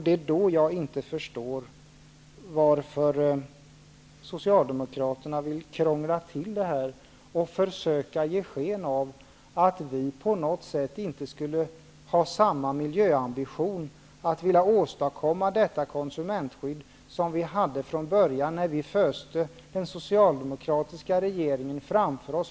Det är därför jag inte förstår varför Socialdemokraterna vill krångla till det hela och försöka ge sken av att vi inte skulle ha samma miljöambition, dvs. att vilja åstadkomma detta konsumentskydd, som vi hade från början när vi föste den socialdemokratiska regeringen framför oss.